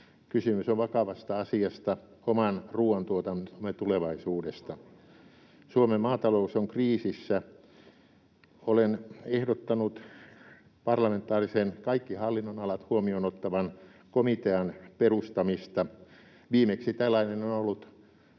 Kysymys on vakavasta asiasta, oman ruuantuotantomme tulevaisuudesta. [Sosiaalidemokraattien ryhmästä: Juuri näin!] Suomen maatalous on kriisissä. Olen ehdottanut parlamentaarisen, kaikki hallinnonalat huomioon ottavan komitean perustamista. Viimeksi tällainen on ollut